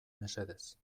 mesedez